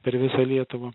per visą lietuvą